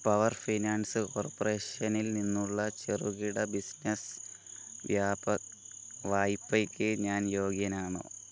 power finance കോർപ്പറേഷനിൽ നിന്നുള്ള ചെറുകിട ബിസിനസ്സ് വായ്പയ്ക്ക് ഞാൻ യോഗ്യനാണോ